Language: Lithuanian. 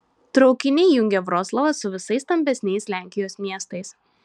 traukiniai jungia vroclavą su visais stambesniais lenkijos miestais